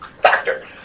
doctor